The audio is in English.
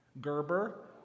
Gerber